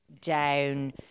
down